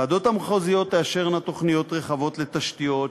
הוועדות המחוזיות תאשרנה תוכניות רחבות לתשתיות,